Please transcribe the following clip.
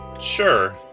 Sure